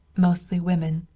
mostly women.